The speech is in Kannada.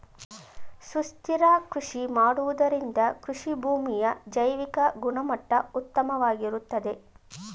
ಸುಸ್ಥಿರ ಕೃಷಿ ಮಾಡುವುದರಿಂದ ಕೃಷಿಭೂಮಿಯ ಜೈವಿಕ ಗುಣಮಟ್ಟ ಉತ್ತಮವಾಗಿರುತ್ತದೆ